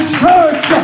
church